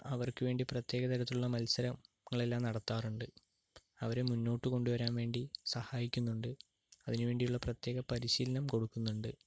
അവർക്കുവേണ്ടി പ്രത്യേക തരത്തിലുള്ള മത്സരം എല്ലാം നടത്താറുണ്ട് അവരെ മുന്നോട്ടുകൊണ്ടുവരാൻ വേണ്ടി സഹായിക്കുന്നുണ്ട് അതിനുവേണ്ടിയുള്ള പ്രത്യേകം പരിശീലനം കൊടുക്കുന്നുണ്ട്